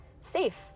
safe